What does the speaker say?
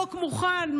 החוק מוכן,